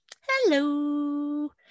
Hello